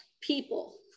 people